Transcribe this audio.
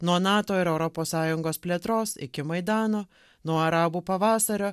nuo nato ir europos sąjungos plėtros iki maidano nuo arabų pavasario